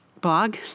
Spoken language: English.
blog